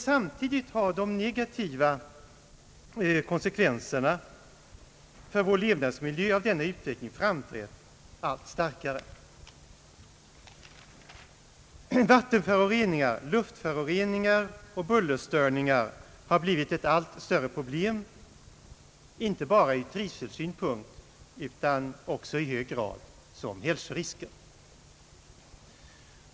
Samtidigt har de negativa konsekvenserna för vår levnadsmiljö av denna utveckling framträtt allt starkare. Vattenföroreningar, luftföroreningar och bullerstörningar har blivit ett allt större problem, inte bara ur trivselsynpunkt utan också i hög grad som hälsorisker.